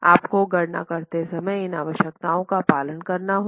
आपको गणना करते समय इन आवश्यकताओं का पालन करना होगा